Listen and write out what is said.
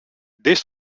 dès